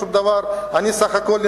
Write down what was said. אני לא מחזיק שום דבר.